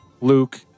Luke